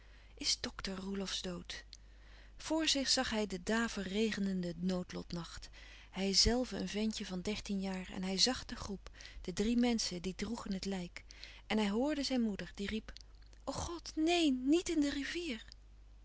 is dokter roelofsz dood vr zich zag hij den daverregenenden noodlotnacht hijzelve een ventje van dertien jaren en hij zàg de groep de drie menschen die droegen het lijk en hij hrde zijn moeder die riep o god neen net in de rivier